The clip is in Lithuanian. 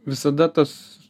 visada tas